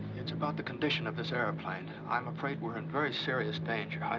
it's about the condition of this airplane. i'm afraid we're in very serious danger. i.